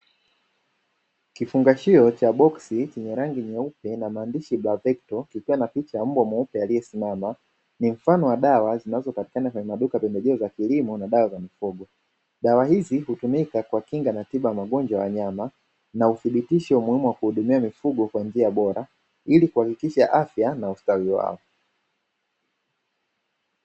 Kifungashio cha boksi chenye rangi nyeupe na maandishi "bravecto", ikiwa na picha ya mbwa mweupe aliyesimama. Ni mfano wa dawa zinazopatikana kwenye maduka ya pempejeo za kilimo na dawa za mifugo. Dawa hizi hutumika kwa kinga na tiba ya magonjwa ya nyama na uthibitisho wa umuhimu wa kuhudumia mifugo kwa njia bora ili kuhakikisha afya na ustawi wao.